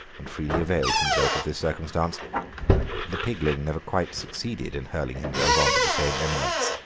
and freely availed himself of this circumstance the pigling never quite succeeded in hurling himself on to the same eminence,